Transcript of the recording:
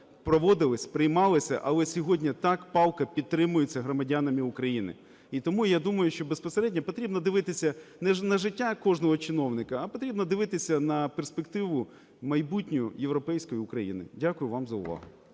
проводилися, приймалися, але сьогодні так палко підтримуються громадянами України. І тому я думаю, що безпосередньо потрібно дивитися не на життя кожного чиновника, а потрібно дивитися на перспективу майбутню європейської України. Дякую вам за увагу.